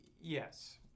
yes